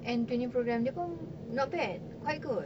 and twinning programme dia pun not bad quite good